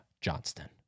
Johnston